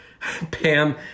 Pam